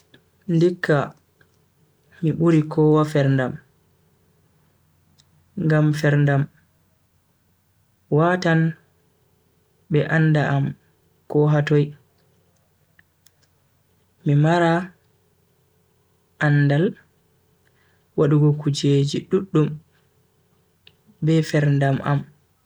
Ndikka mi buri kowa ferndam. ngam ferndam watan be anda am ko hatoi. Mi mara andal wadugo kujeji duddum be ferndam am.